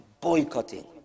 boycotting